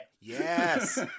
Yes